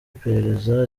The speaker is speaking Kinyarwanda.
iperereza